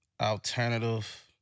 alternative